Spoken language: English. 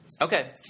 Okay